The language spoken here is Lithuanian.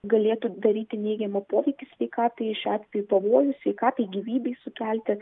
galėtų daryti neigiamą poveikį sveikatai šiuo atveju pavojų sveikatai gyvybei sukelti